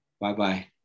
Bye-bye